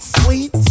sweet